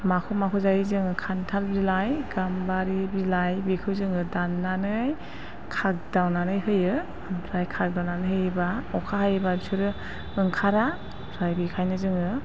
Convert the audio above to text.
माखौ माखौ जायो जोङो खान्थाल बिलाइ गामबारि बिलाइ बेखौ जोङो दाननानै खागदावनानै होयो आमफ्राय खागदावनानै होयोब्ला अखा हायोब्ला बिसोरो ओंखारा ओमफ्राया बेखायनो जोङो